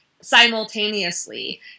simultaneously